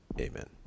amen